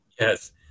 Yes